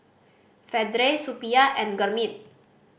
Vedre Suppiah and Gurmeet